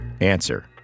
Answer